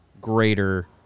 greater